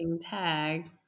tag